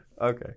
Okay